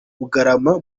bugarama